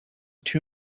two